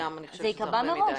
זה ייקבע מראש.